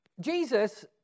Jesus